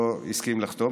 והוא לא הסכים לחתום.